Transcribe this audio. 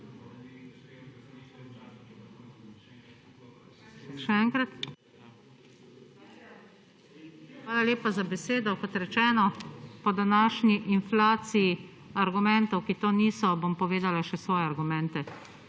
Hvala lepa za besedo. Kot rečeno, po današnji inflaciji argumentov, ki to niso, bom povedala še svoje argumente.